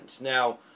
Now